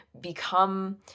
become